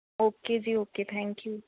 okay ji okay thank you